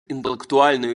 інтелектуальної